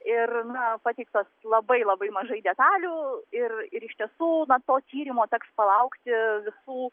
ir na pateiktas labai labai mažai detalių ir ir iš tiesų to tyrimo teks palaukti visų